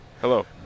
Hello